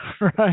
Right